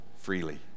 freely